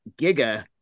Giga